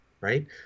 Right